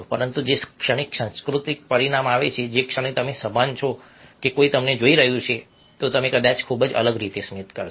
પરંતુ જે ક્ષણે સાંસ્કૃતિક પરિમાણ આવે છે જે ક્ષણે તમે સભાન છો કે કોઈ તમને જોઈ રહ્યું છે તમે કદાચ ખૂબ જ અલગ રીતે સ્મિત કરશો